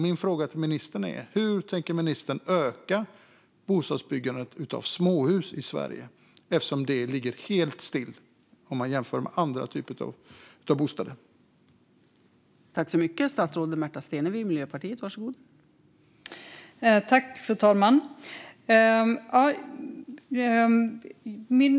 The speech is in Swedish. Min fråga till ministern är därför: Hur tänker ministern öka bostadsbyggandet av småhus i Sverige eftersom det ligger helt still jämfört med andra typer av bostadsbyggande?